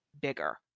bigger